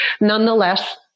nonetheless